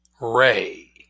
Ray